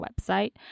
website